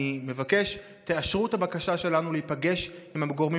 אני מבקש שתאשרו את הבקשה שלנו להיפגש עם הגורמים